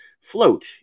float